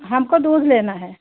हमको दूध लेना है